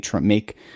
make